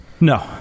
No